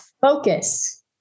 Focus